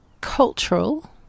cultural